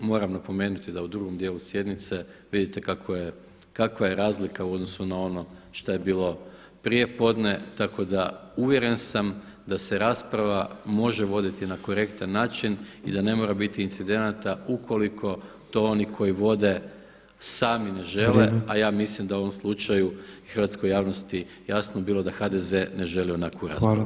Moram napomenuti da u drugom dijelu sjednice vidite kakva je razlika u odnosu na ono šta je bilo prije podne tako da uvjeren sam da se rasprava može voditi na korektan način i da ne mora biti incidenata ukoliko to oni koji vode sami ne žele a ja mislim da u ovom slučaju je hrvatskoj javnosti jasno bilo da HDZ ne želi onakvu raspravu.